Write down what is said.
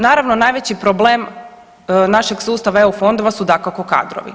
Naravno najveći problem našeg sustava EU fondova su dakako kadrovi.